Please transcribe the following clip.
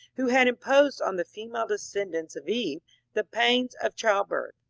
who had imposed on the female descendants of eve the pains of childbirth.